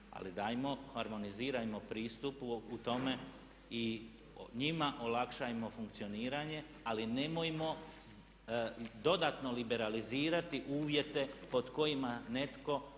ali dajmo, harmonizirajmo pristup u tome i njima olakšajmo funkcioniranje ali nemojmo dodatno liberalizirati uvjete pod kojima netko